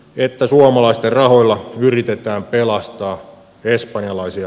että suomalaisten rahoilla yritetään pelastaa espanjalaisia